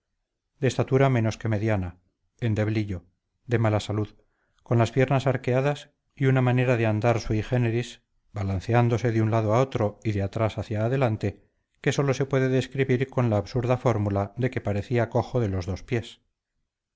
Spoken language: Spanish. de estatura menos que mediana endeblillo de mala salud con las piernas arqueadas y una manera de andar sui generis balanceándose de un lado a otro y de atrás hacia adelante que sólo se puede describir con la absurda fórmula de que parecía cojo de los dos pies